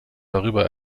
darüber